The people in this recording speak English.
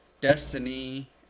Destiny